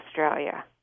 Australia